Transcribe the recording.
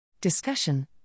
Discussion